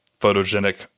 photogenic